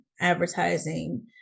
advertising